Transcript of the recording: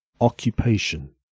Occupation